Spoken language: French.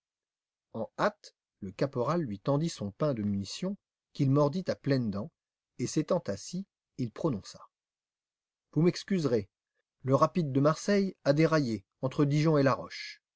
en hâte le caporal lui tendit son pain de munition qu'il mordit à pleines dents et s'étant assis il prononça vous m'excuserez le rapide de marseille a déraillé entre dijon et laroche